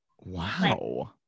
Wow